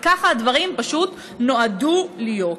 וכך הדברים פשוט נועדו להיות.